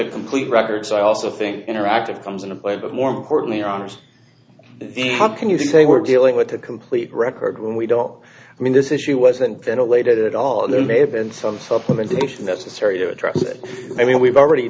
a complete record so i also think interactive comes into play but more importantly honors the how can you say we're dealing with a complete record when we don't i mean this issue wasn't that a later that all there may have been some supplementation necessary to address it i mean we've already